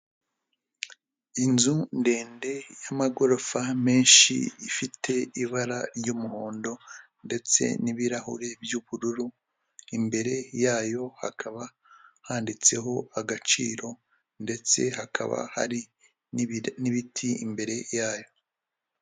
Inzu ndende y'amagorofa menshi, ifite ibara ry'umuhondo ndetse n'ibirahuri by'ubururu, imbere yayo hakaba handitseho agaciro, ndetse hakaba hari n'ibiti imbere yayo.